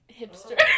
hipster